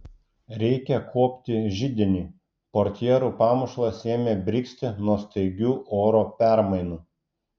reikia kuopti židinį portjerų pamušalas ėmė brigzti nuo staigių oro permainų